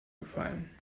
gefallen